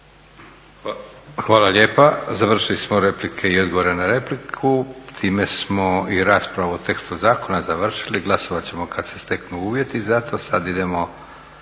Hvala lijepa. Završili smo replike i odgovore na replike. Time smo i raspravu o tekstu zakona završili. Glasovat ćemo kad se steknu uvjeti za to.